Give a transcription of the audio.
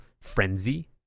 Frenzy